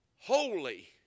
holy